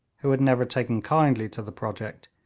who had never taken kindly to the project,